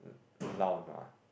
lao-nua